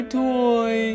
toy